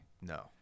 No